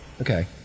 Okay